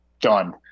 Done